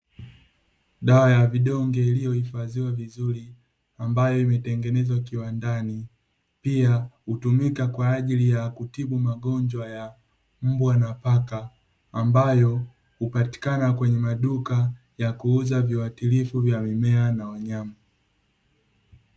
Dawa ya vidonge iliyohifadhiwa vizuri, ambayo imetengenezwa kiwandani pia hutumika kwa ajili ya kutibu magonjwa ya mbwa na paka ambayo hupatikana kwenye maduka ya kuuza viwatilifu vya mimea na wanyama.